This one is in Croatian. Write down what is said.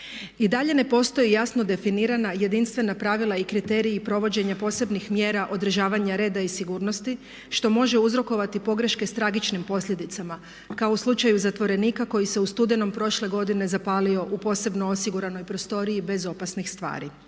I dalje ne postoji jasno definirana jedinstvena pravila i kriteriji provođenja posebnih mjera održavanja reda i sigurnosti što može uzrokovati pogreške s tragičnim posljedicama kao u slučaju zatvorenika koji se u studenom prošle godine zapalio u posebno osiguranoj prostoriji bez opasnih stvari.